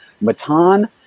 Matan